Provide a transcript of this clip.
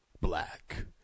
black